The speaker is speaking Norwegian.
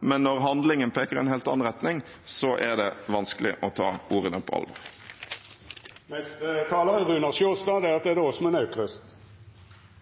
men når handlingen peker i en helt annen retning, er det vanskelig å ta ordene på alvor.